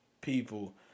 people